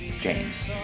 James